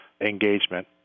engagement